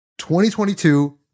2022